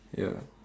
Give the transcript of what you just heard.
ya